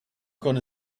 gonna